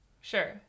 Sure